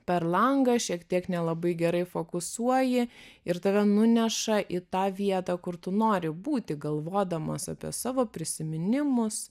per langą šiek tiek nelabai gerai fokusuoji ir tave nuneša į tą vietą kur tu nori būti galvodamas apie savo prisiminimus